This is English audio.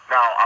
Now